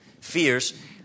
fears